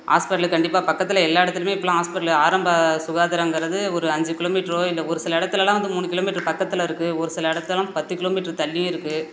hospital கண்டிப்பாக பக்கத்தில் எல்லா இடத்துலையுமே இப்போல்லாம் ஹாஸ்பிட்டல் ஆரம்ப சுகாதாரங்கறது ஒரு அஞ்சு கிலோமீட்டரோ இல்லை ஒரு சில இடத்துலலாம் வந்து மூணு கிலோமீட்டர் பக்கத்தில் இருக்கு ஒரு சில இடத்தலாம் பத்து கிலோமீட்டர் தள்ளியும் இருக்குது